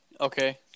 Okay